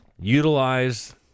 utilize